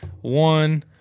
One